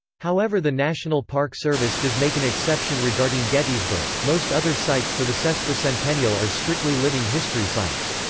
however the national park service does make an exception regarding gettysburg most other sites for the sesquicentennial are strictly living history sites.